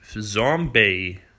zombie